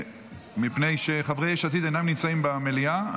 מפני שחברי יש עתיד אינם נמצאים במליאה,